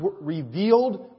revealed